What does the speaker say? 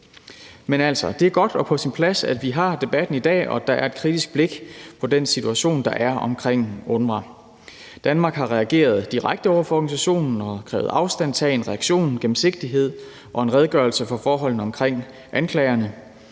Men det er altså godt og på sin plads, at vi har debatten i dag, og at der er et kritisk blik på den situation, der er omkring UNRWA. Danmark har reageret direkte over for organisationen og krævet afstandtagen, en reaktion, gennemsigtighed og en redegørelse for forholdene omkring anklagerne,